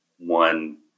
One